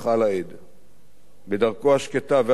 בדרכו השקטה והצנועה הגיע לכל מקום,